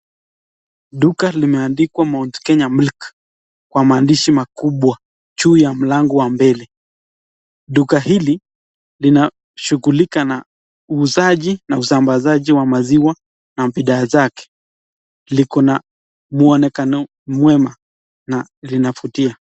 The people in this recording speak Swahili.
Duka limeandikwa Mt Kenya milk . Kwa maandishi makubwa, juu ya mlango wa mbele . Duka hili kinashughulika na muuzaji na usambazaji wa maziwa na bidhaa zake. Liko na mwonekano mwema. Na linavutia.